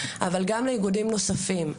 אבל גם לאיגודים נוספים,